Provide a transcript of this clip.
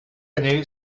année